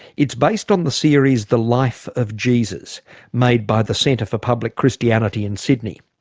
it's based on the series the life of jesus made by the centre for public christianity in sydney.